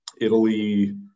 Italy